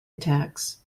attacks